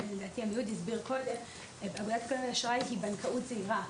שעמיהוד הסביר קודם, בנק אשראי היא בנקאות זהירה.